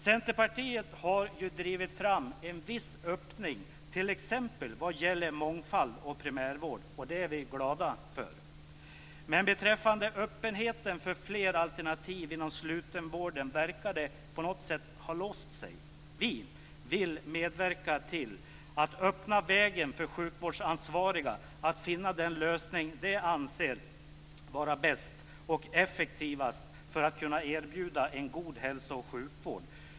Centerpartiet har ju drivit fram en viss öppning, t.ex. vad gäller mångfald och primärvård. Det är vi glada för. Beträffande öppenheten för fler alternativ inom slutenvården verkar det på något sätt ha låst sig. Vi vill medverka till att öppna vägen för sjukvårdsansvariga att finna den lösning de anser vara bäst och effektivast för att kunna erbjuda en god hälso och sjukvård.